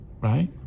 right